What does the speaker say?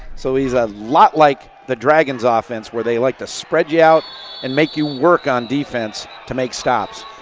so he's a lot like the dragons ah offense where they like to spread you out and make you work on defense to make stops.